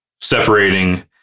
separating